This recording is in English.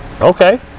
Okay